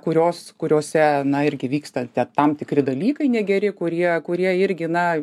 kurios kuriose na irgi vyksta tam tikri dalykai negeri kurie kurie irgi na